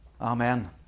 Amen